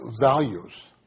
values